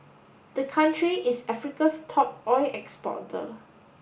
the country is Africa's top oil exporter